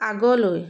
আগলৈ